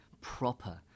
proper